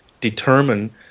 determine